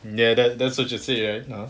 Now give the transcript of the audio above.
ya then